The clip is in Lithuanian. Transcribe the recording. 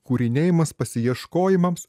kurinėjimas pasieškojimams